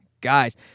guys